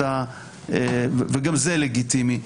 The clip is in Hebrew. וגם זה לגיטימי,